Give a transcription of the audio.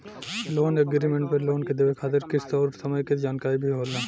loan agreement में loan के देवे खातिर किस्त अउर समय के जानकारी भी होला